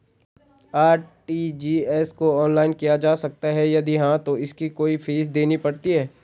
RTGS को online किया जा सकता है यदि हाँ तो इसकी कोई फीस देनी पड़ती है?